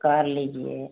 कर लीजिए